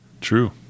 True